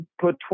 put